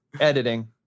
Editing